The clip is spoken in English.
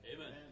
Amen